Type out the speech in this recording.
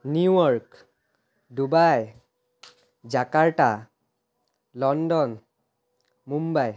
New York Dubai Jakarta London Mumbai